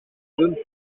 zones